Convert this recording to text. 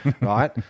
right